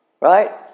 right